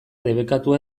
debekatua